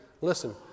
listen